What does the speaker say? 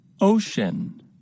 Ocean